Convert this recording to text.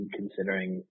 considering